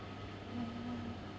ah